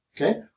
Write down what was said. Okay